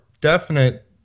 definite